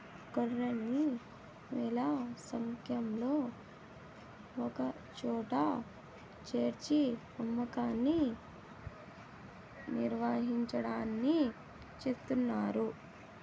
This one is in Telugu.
గొర్రెల్ని వేల సంఖ్యలో ఒకచోట చేర్చి అమ్మకాన్ని నిర్వహించడాన్ని చేస్తున్నారు